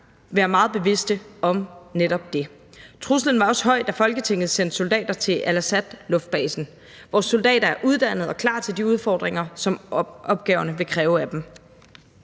være meget bevidste om netop det. Truslen var også høj, da Folketinget sendte soldater til Al Asad-luftbasen. Vores soldater er uddannede og klar til de udfordringer, som opgaverne vil kræve af dem.